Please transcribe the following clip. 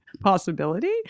possibility